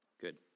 Good